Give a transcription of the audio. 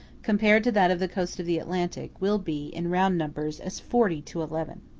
compared to that of the coast of the atlantic, will be, in round numbers, as forty to eleven.